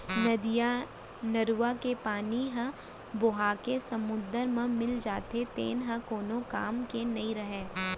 नदियाँ, नरूवा के पानी ह बोहाके समुद्दर म मिल जाथे तेन ह कोनो काम के नइ रहय